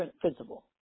principle